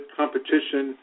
competition